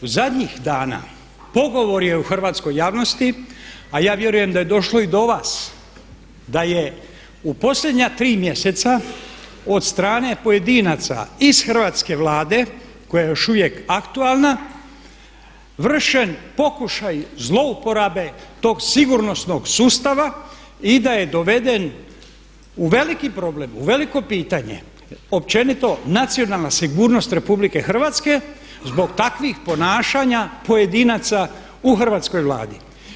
U zadnjih dana pogovor je u hrvatskoj javnosti a ja vjerujem da je došlo i do vas da je u posljednja 3 mjeseca od strane pojedinaca iz hrvatske Vlade koja je još uvijek aktualna vršen pokušaj zlouporabe tog sigurnosnog sustava i da je doveden u veliki problem, u veliko pitanje općenito nacionalna sigurnost RH zbog takvih ponašanja pojedinaca u hrvatskoj Vladi.